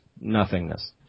nothingness